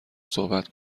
صحبت